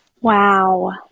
Wow